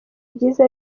byiza